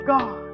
God